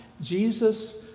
Jesus